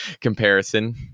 comparison